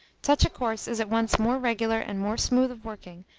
such a course is at once more regular and more smooth working,